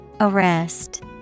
Arrest